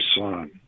son